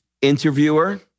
interviewer